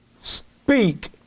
speak